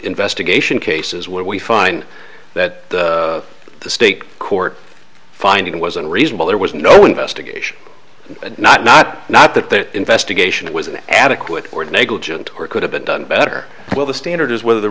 investigation cases where we find that the state court finding was unreasonable there was no investigation not not not that the investigation was an adequate or negligent or could have been done better well the standard is whether the